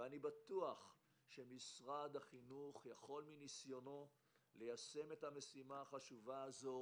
ואני בטוח שמשרד החינוך יכול מניסיונו ליישם את המשימה החשובה הזו